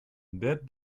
that